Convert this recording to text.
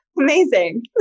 amazing